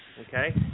okay